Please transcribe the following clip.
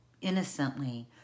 innocently